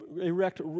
erect